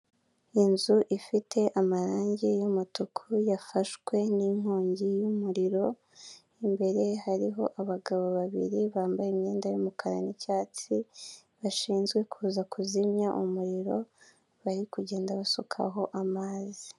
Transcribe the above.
Inzu ifite amarangi y'umutuku yafashwe n'inkongi y'umuriro imbere hariho abagabo babiri bambaye imyenda y'umukara n'icyatsi bashinzwe kuza kuzimya umuriro bari kugenda basukaho amazi.